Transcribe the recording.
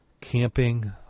camping